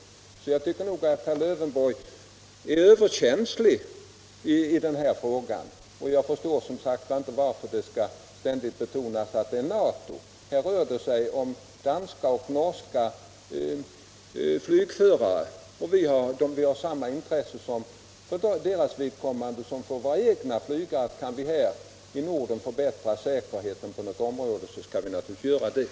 Jag tycker faktiskt att herr Lövenborg är överkänslig i denna fråga, och jag förstår som sagt inte varför detta med NATO ständigt skall betonas. Här rör det sig om danska och norska flygförare, och vi har samma intresse för deras vidkommande som för våra egna flygare, att kan vi här i Norden förbättra säkerheten på något område skall vi naturligtvis göra det.